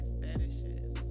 fetishes